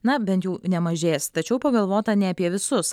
na bent jau nemažės tačiau pagalvota ne apie visus